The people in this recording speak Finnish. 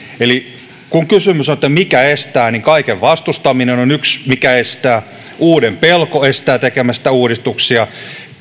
eli kun kysymys on että mikä estää niin kaiken vastustaminen on on yksi mikä estää uuden pelko estää tekemästä uudistuksia